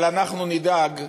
אבל אנחנו נדאג,